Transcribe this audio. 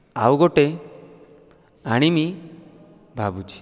ଆଉ ଗୋଟେ ଆଣିବି ଭାବୁଛି